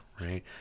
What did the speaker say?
right